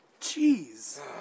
Jeez